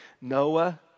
Noah